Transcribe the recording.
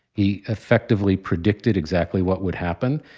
he effectively predicted exactly what would happen.